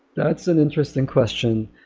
that's an interesting question.